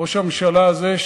ראש הממשלה הזה,